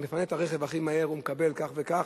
מי שמפנה את הרכב הכי מהר הוא מקבל כך וכך,